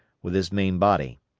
with his main body.